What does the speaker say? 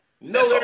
No